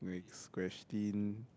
next question